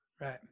right